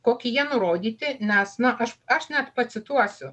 kokie jie nurodyti nes na aš aš net pacituosiu